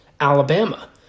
Alabama